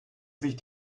sich